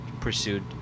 pursued